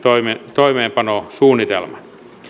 toimeenpanosuunnitelman